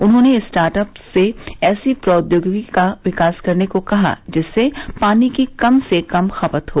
उन्होंने स्टार्टअप्स से ऐसी प्रोदोगिकी का विकास करने को कहा जिससे पानी की कम से कम खपत हो